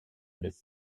une